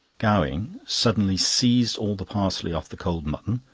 gowing suddenly seized all the parsley off the cold mutton,